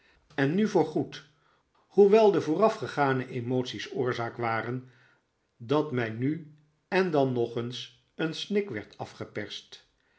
en nu voor goed hoewel de voorafgegane emoties oorzaak waren dat mij nu en dan nog eens een snik werd afgeperst